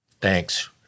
Thanks